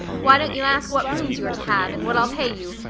why don't you ask what rooms you're to have, and what i'll pay you,